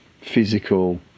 physical